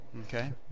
Okay